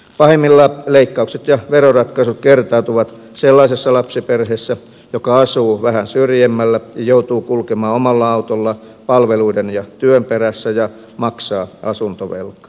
pahimmillaan leikkaukset ja veroratkaisut kertautuvat sellaisessa lapsiperheessä joka asuu vähän syrjemmällä ja joutuu kulkemaan omalla autolla palveluiden ja työn perässä ja maksaa asuntovelkaa